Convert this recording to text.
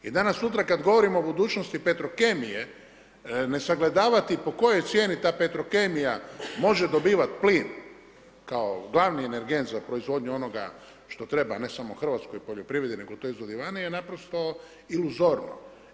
I danas sutra kada govorimo o budućnosti Petrokemije ne sagledavati po kojoj cijeni ta Petrokemija može dobivati plin kao glavni energent za proizvodnju onoga što treba, ne samo hrvatskoj poljoprivredi nego … naprosto iluzorno.